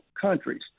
countries